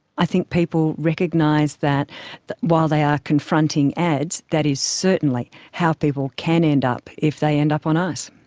i think people recognise that that while they are confronting ads, that is certainly how people can end up if they end up on ice.